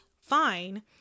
fine